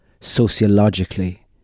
sociologically